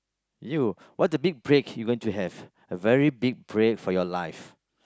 you what the big break you're gonna have a very big break for your life